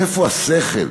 איפה השכל?